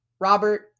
Robert